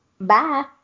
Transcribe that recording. Bye